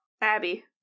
Abby